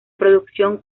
producción